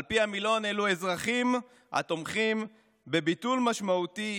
על פי המילון היא אזרחים התומכים בביטול משמעותי